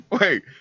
Wait